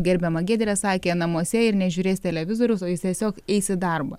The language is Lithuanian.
gerbiama giedrė sakė namuose ir nežiūrės televizoriaus o jis tiesiog eis į darbą